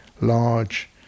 large